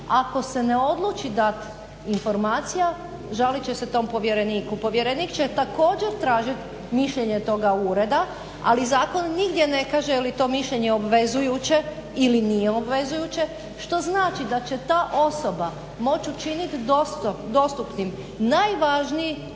Ako se ne odluči dati informacija žalit će se tom povjereniku. Povjerenik će također tražiti mišljenje toga ureda ali zakon nigdje ne kaže jeli to mišljenje obvezujuće ili nije obvezujuće što znači da će ta osoba moći učiniti dostupnim najvažniji